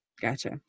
Gotcha